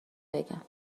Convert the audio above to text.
بگم